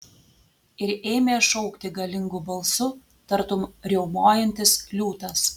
ir ėmė šaukti galingu balsu tartum riaumojantis liūtas